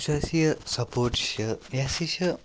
یُس اَسہِ یہِ سَپوٹ چھِ یہِ ہَسا یہِ چھِ